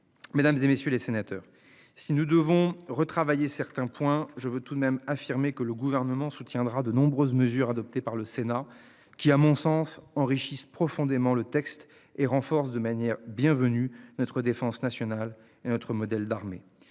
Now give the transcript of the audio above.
Mesdames, et messieurs les sénateurs. Si nous devons retravailler certains points je veux tout de même affirmé que le gouvernement soutiendra de nombreuses mesures adoptées par le Sénat qui, à mon sens enrichissent profondément le texte et renforce de manière bienvenue notre défense nationale et notre modèle d'armée,